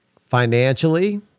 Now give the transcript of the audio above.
financially